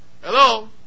Hello